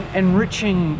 enriching